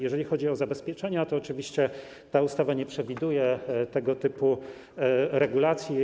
Jeżeli chodzi o zabezpieczenia, to oczywiście ta ustawa nie przewiduje tego typu regulacji.